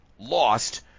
lost